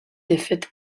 défaite